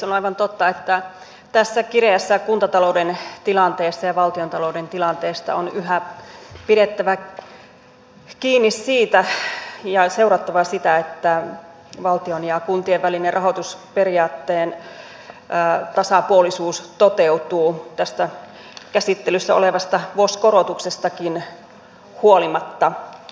on aivan totta että tässä kireässä kuntatalouden tilanteessa ja valtiontalouden tilanteessa on yhä pidettävä kiinni siitä ja seurattava sitä että valtion ja kuntien välinen rahoitusperiaatteen tasapuolisuus toteutuu tästä käsittelyssä olevasta vuosikorotuksestakin huolimatta